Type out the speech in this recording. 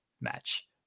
match